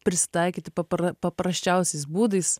prisitaikyti papra paprasčiausiais būdais